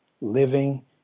living